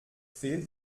fehlt